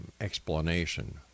explanation